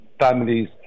families